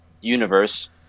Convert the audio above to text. universe